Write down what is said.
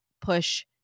push